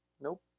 Nope